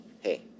hey